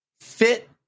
fit